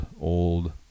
old